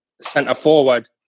centre-forward